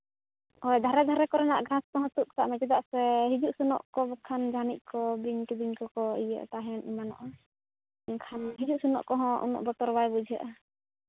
ᱦᱳᱭ ᱫᱷᱟᱨᱮ ᱫᱷᱟᱨᱮ ᱠᱚᱨᱮᱟᱜ ᱜᱷᱟᱥ ᱠᱚᱦᱚᱸ ᱛᱩᱫᱽ ᱠᱟᱜ ᱢᱮ ᱪᱮᱫᱟᱜ ᱥᱮ ᱦᱤᱡᱩᱜ ᱥᱮᱱᱚᱜ ᱠᱚ ᱵᱟᱠᱷᱟᱱ ᱡᱟᱹᱱᱤᱡ ᱠᱚ ᱵᱤᱧ ᱠᱤᱫᱤᱧ ᱠᱚᱠᱚ ᱤᱭᱟᱹᱜᱼᱟ ᱛᱟᱦᱮᱱ ᱮᱢᱟᱱᱚᱜᱼᱟ ᱮᱱᱠᱷᱟᱱ ᱦᱤᱡᱩᱜ ᱥᱮᱱᱚᱜ ᱠᱚᱦᱚᱸ ᱩᱱᱟᱹᱜ ᱵᱚᱛᱚᱨ ᱵᱟᱭ ᱵᱩᱡᱷᱟᱹᱜᱼᱟ